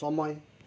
समय